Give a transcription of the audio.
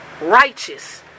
righteous